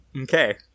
Okay